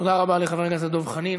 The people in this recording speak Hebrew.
תודה רבה לחבר הכנסת דב חנין.